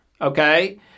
okay